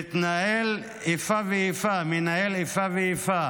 ומתנהל איפה ואיפה, מנהל איפה ואיפה